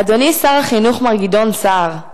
אדוני שר החינוך, מר גדעון סער,